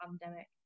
pandemic